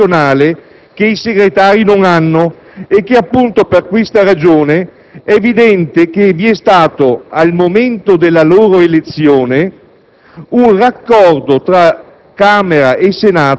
hanno un ruolo istituzionale che i Segretari non hanno e che, appunto per questa ragione, è evidente che vi è stato, al momento della loro elezione,